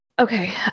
Okay